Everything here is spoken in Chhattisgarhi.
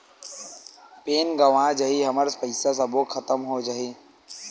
पैन गंवा जाही हमर पईसा सबो खतम हो जाही?